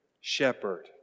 shepherd